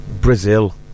Brazil